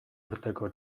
urteko